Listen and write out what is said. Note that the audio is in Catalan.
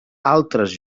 altres